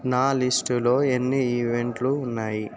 నా లిస్టులో ఎన్ని ఈవెంట్లు ఉన్నాయి